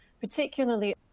particularly